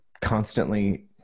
constantly